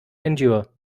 endure